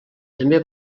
també